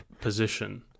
position